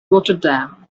rotterdam